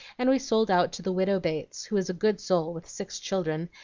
and we sold out to the widow bates, who is a good soul with six children,